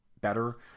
better